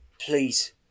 please